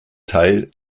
teil